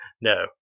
No